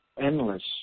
endless